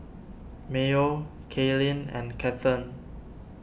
Mayo Kaylyn and Cathern